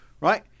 right